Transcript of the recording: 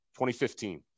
2015